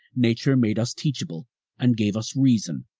nature made us teachable and gave us reason,